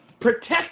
Protect